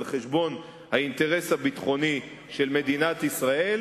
חשבון האינטרס הביטחוני של מדינת ישראל,